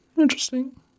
interesting